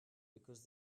because